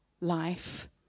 life